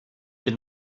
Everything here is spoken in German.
bin